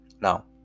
Now